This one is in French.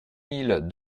mille